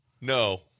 no